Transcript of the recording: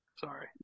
sorry